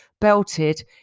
belted